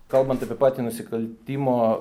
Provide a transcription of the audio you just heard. kalbant apie patį nusikaltimo